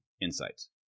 insights